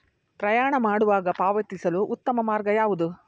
ಪ್ರಯಾಣ ಮಾಡುವಾಗ ಪಾವತಿಸಲು ಉತ್ತಮ ಮಾರ್ಗ ಯಾವುದು?